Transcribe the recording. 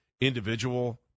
individual